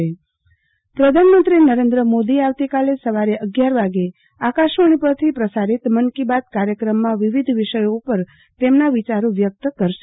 આરતીબેન ભદ્દ મન કી બાત પ્રધાનમંત્રી નરેન્દ્ર મોદી આવતીકાલે સવારે અગિયા વાગે આકાશવાણી પરથી મન કી બાત કાર્યક્રમમાં વિવિધ વિષયો ઉપર તેમના વિયારો વ્યક્ત કરશે